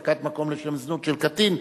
אחזקת מקום לשם זנות של קטין),